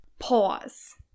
pause